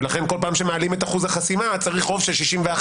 ולכן כל פעם שמעלים את אחוז החסימה צריך רוב של 61,